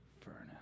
furnace